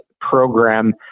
program